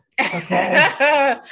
okay